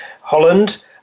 Holland